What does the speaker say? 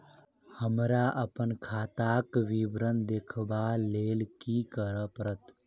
हमरा अप्पन खाताक विवरण देखबा लेल की करऽ पड़त?